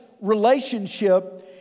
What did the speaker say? relationship